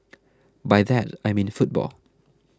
by that I mean football